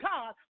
God